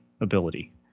ability